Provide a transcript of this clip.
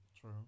true